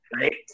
right